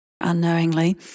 unknowingly